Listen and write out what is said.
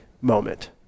moment